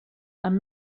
amb